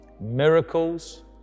Miracles